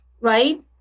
right